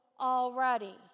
already